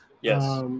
Yes